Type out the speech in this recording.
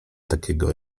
takiego